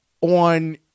on